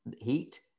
heat